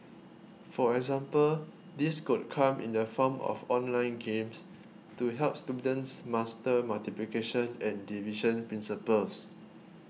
for example this could come in the form of online games to help students master multiplication and division principles